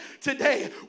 today